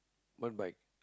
what bike